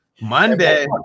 Monday